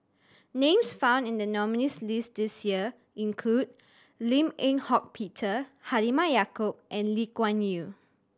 names found in the nominees' list this year include Lim Eng Hock Peter Halimah Yacob and Lee Kuan Yew